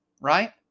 Right